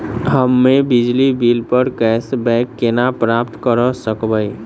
हम्मे बिजली बिल प कैशबैक केना प्राप्त करऽ सकबै?